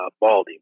Baldy